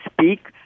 speak